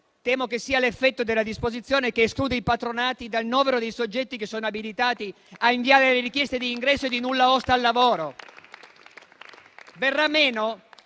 temo che sia l'effetto della disposizione che esclude i patronati dal novero dei soggetti che sono abilitati a inviare le richieste di ingresso e di nulla osta al lavoro